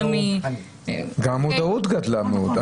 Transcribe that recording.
גם המודעות גדלה מאוד.